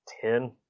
ten